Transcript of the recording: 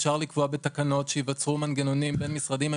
אפשר לקבוע בתקנות שייקבעו מנגנונים בין-משרדיים.